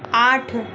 आठ